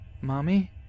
Mommy